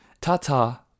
Ta-ta